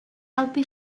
helpu